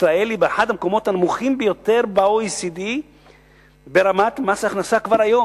ישראל היא באחד המקומות הנמוכים ביותר ב-OECD ברמת מס הכנסה כבר היום,